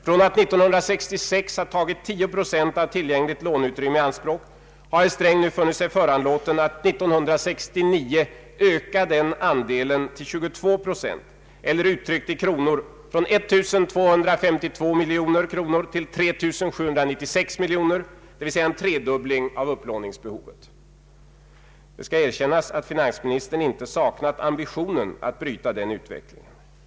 Från att 1966 ha tagit 10 procent av tillgängligt låneutrymme i anspråk har herr Sträng funnit sig föranlåten att 1969 öka denna andel till 22 procent eller uttryckt i kronor från 1252 miljoner till 3796 miljoner, dvs. en tredubbling av upplåningsbehovet. Det skall erkännas att finansministern inte saknat ambitionen att bryta denna utveckling.